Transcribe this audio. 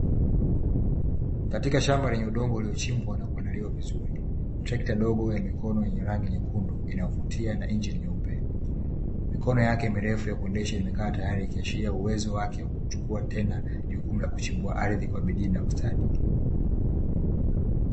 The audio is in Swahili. Katika shamba lenye udongo uliochimbwa na kuandaliwa vizuri, trekta dogo la mikono lenye rangi nyekundu inayovutia na injini nyeupe. Mikono yake mirefu ya kuendesha imekaa tayari ikiashiria uwezo wake wa kuchukua tena jukumu la kuchimbua ardhi kwa bidii na ustadi.